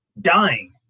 dying